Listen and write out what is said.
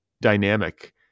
dynamic